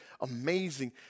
amazing